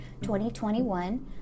2021